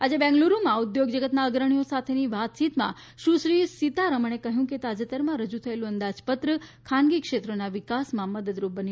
આજે બેંગ્લુરૂમાં ઉદ્યોગ જગતના અગ્રણીઓ સાથેની વાતચીતમાં સુશ્રી સીતારમણે કહ્યું કે તાજેતરમાં રજૂ થયેલું અંદાજપત્ર ખાનગી ક્ષેત્રોના વિકાસમાં મદદરૂપ બની રહેશે